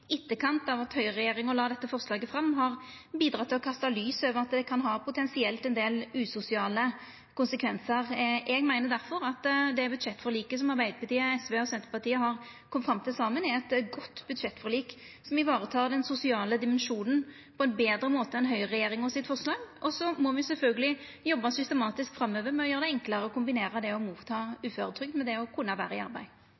etterkant av at høgreregjeringa la dette forslaget fram, har bidratt til å kasta lys over at det potensielt kan ha ein del usosiale konsekvensar. Eg meiner difor at det budsjettforliket som Arbeidarpartiet, SV og Senterpartiet saman har kome fram til, er eit godt budsjettforlik, som varetek den sosiale dimensjonen på ein betre måte enn forslaget til høgreregjeringa. Me må sjølvsagt jobba systematisk framover med å gjera det enklare å kombinera det å få uføretrygd med det å kunna vera i arbeid.